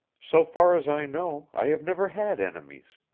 so far as i know i have never had enemies.